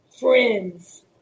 friends